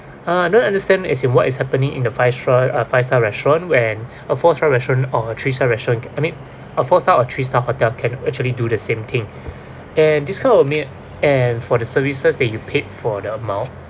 uh I don't understand is in what is happening in the five uh five star restaurant when a four star restaurant or three star restaurant I mean a four star or three star hotel can actually do the same thing and this kind of meal and for the services that you paid for the amount